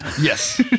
Yes